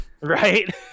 right